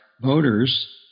voters